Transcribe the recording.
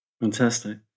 Fantastic